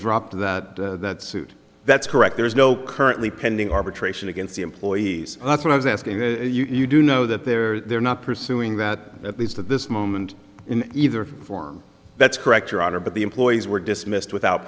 dropped that suit that's correct there is no currently pending arbitration against the employees that's what i was asking that you do know that they're they're not pursuing that at least at this moment in either form that's correct your honor but the employees were dismissed without